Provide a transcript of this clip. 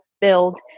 build